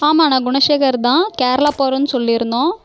ஆமாண்ணா குணசேகர்தான் கேரளா போறோம்னு சொல்லியிருந்தோம்